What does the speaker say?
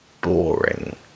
boring